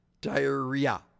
Diarrhea